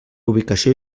ubicació